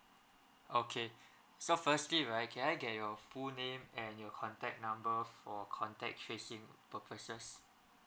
okay so firstly right can I get your full name and your contact number for contact tracing purposes